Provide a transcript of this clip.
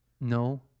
No